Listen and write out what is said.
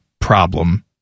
problem